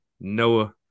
Noah